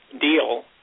deal